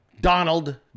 Donald